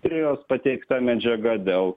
prie jos pateikta medžiaga dėl